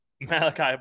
Malachi